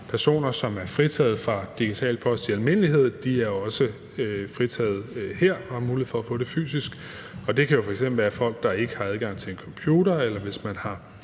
Personer, som er fritaget for digital post i almindelighed, er også fritaget her og har mulighed for at få det fysisk. Og det kan jo f.eks. være folk, der ikke har adgang til en computer, eller det kan være